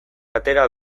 atera